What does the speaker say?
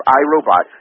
iRobot